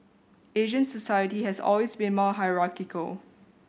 Asian society has always been more hierarchical